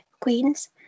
queens